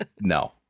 no